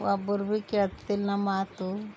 ಒಬ್ಬರು ಭೀ ಕೇಳ್ತಿಲ್ಲ ನಮ್ಮಾತು